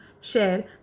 share